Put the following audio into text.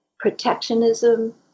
protectionism